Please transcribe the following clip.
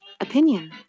Opinion